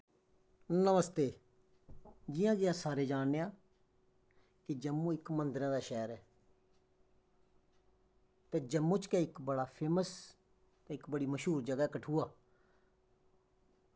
नमस्ते जियां कि अस सारे जानने आं कि जम्मू इक मन्दरें दा शैह्र ऐ ते जम्मू च गै इक बड़ा फेमस इक बड़ी मश्हूर जगह् ऐ कठुआ